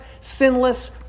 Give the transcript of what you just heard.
sinless